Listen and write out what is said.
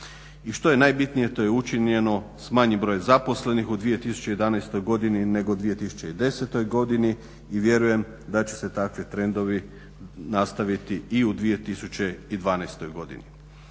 I što je najbitnije to je učinjeno s manjim brojem zaposlenih u 2011. godini nego u 2010. godini i vjerujem da će se takvi trendovi nastaviti i u 2012. godini.